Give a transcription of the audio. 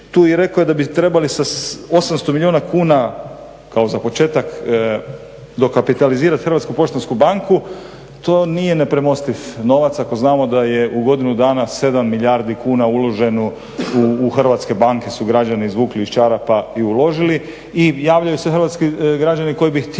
tu i rekao je da bi trebali sa 800 milijuna kuna kao za početak dokapitalizirati HPB to nije nepremostiv novac ako znamo a je u godinu dana 7 milijardi kuna uloženo u hrvatske banke su građani izvukli iz čarapa i uložili i javljaju se hrvatski građani koji bi htjeli